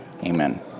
Amen